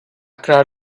crowd